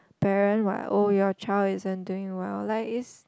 parent what oh your child isn't doing well like is